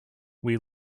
were